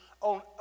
on